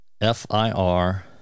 F-I-R